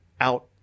out